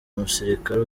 umusirikare